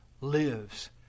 lives